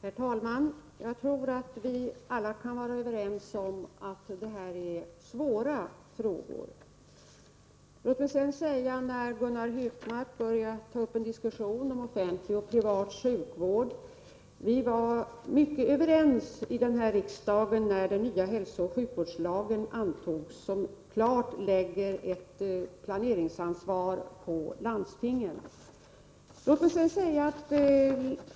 Herr talman! Jag tror att vi alla kan vara överens om att detta är svåra frågor. När Gunnar Hökmark börjar ta upp en diskussion om offentlig och privat sjukvård vill jag säga: Vi var mycket överens i den här riksdagen vid antagandet av den nya hälsooch sjukvårdslagen, som klart lägger ett planeringsansvar på landstingen.